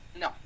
No